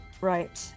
Right